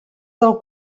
del